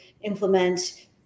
implement